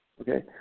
Okay